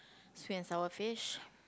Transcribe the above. sweet and sour fish